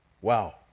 wow